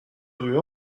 rue